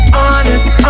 honest